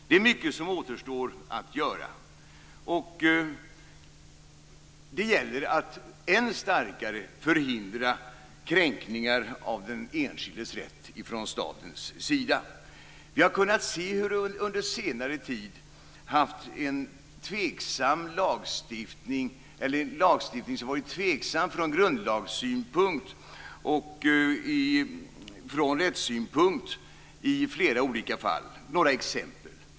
Det är mycket som återstår att göra. Det gäller att än starkare förhindra kränkningar av den enskildes rätt från statens sida. Under senare tid har vi kunnat se hur vi i flera olika fall har haft en lagstiftning som har varit tveksam från grundlagssynpunkt och från rättssynpunkt. Låt mig ta några exempel.